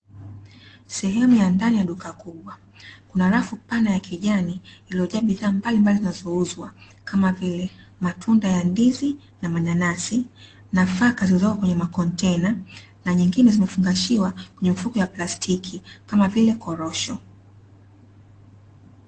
Sehemu ya ndani ya duka kubwa, kuna rafu pana ya kijani iliyojaa bidhaa mbalimbali zinazouzwa kama vile matunda ya ndizi na mananasi, nafaka zilizoko kwenye makontena na nyingine zimefunagashiwa kwenye mifuko ya plastiki kama vile korosho.